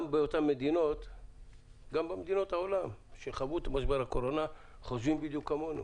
גם במדינות העולם שחוו את משבר הקורונה חושבים בדיוק כמונו